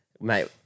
mate